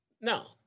No